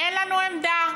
אין לנו עמדה,